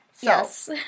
Yes